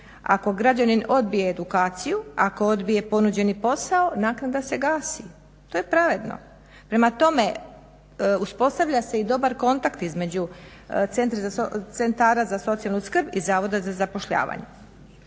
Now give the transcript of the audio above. ako građanin odbije edukaciju, ako odbije ponuđeni posao, naknada se gasi. To je pravedno. Prema tome, uspostavlja se i dobar kontakt između centara za socijalnu skrb i Zavoda za zapošljavanje.